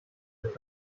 with